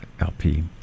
LP